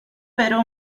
però